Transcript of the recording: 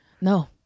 no